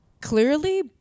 Clearly